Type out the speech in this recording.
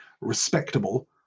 respectable